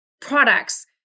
products